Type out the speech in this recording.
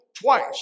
Twice